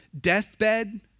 Deathbed